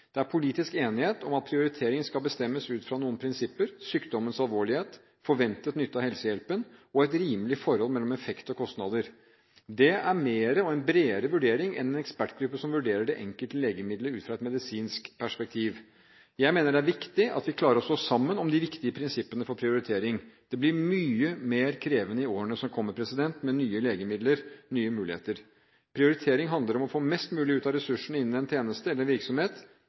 Det er politisk enighet om at prioritering skal bestemmes ut fra noen prinsipper: sykdommens alvorlighet, forventet nytte av helsehjelpen og et rimelig forhold mellom effekt og kostnader. Det er mer og en bredere vurdering enn en ekspertgruppe som vurderer det enkelte legemidlet ut fra et medisinsk perspektiv. Jeg mener det er viktig at vi klarer å stå sammen om de viktige prinsippene for prioritering. Det blir mye mer krevende i årene som kommer, med nye legemidler og nye muligheter. Prioritering handler om å få mest mulig ut av ressursene innen en tjeneste eller en virksomhet,